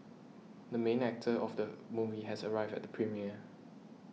the main actor of the movie has arrived at the premiere